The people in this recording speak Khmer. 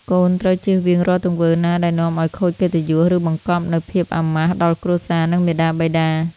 កូនត្រូវចៀសវាងរាល់ទង្វើណាដែលនាំឲ្យខូចកិត្តិយស ឬបង្កប់នូវភាពអាម៉ាស់ដល់គ្រួសារ និងមាតាបិតា។